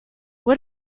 what